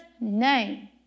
name